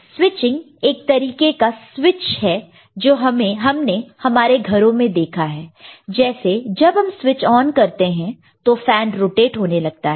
switching एक तरीके का स्विच है जो हमने हमारे घरों में देखा है जैसे जब हम स्विच ऑन करते हैं तो फैन रोटेट होने लगता है